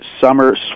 summer